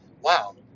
wow